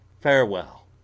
Farewell